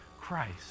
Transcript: Christ